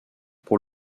pour